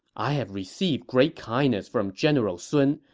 i have received great kindness from general sun.